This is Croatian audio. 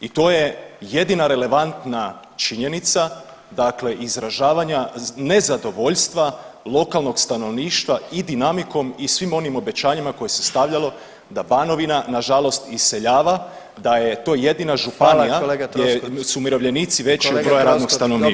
I to je jedina relevantna činjenica dakle izražavanja nezadovoljstava lokalnog stanovništva i dinamikom i svim onim obećanjima koje se stavljalo da Banovina nažalost iseljava, da je to jedina županija [[Upadica: Hvala kolega Troskot.]] gdje su umirovljenici veći od broja radnog stanovništva.